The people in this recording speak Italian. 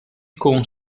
con